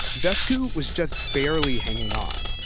vesku was just barely hanging on.